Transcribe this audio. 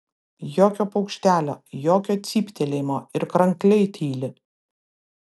jokio paukštelio jokio cyptelėjimo ir krankliai tyli